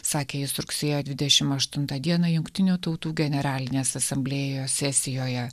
sakė jis rugsėjo dvidešim aštuntą dieną jungtinių tautų generalinės asamblėjos sesijoje